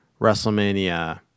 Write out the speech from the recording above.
WrestleMania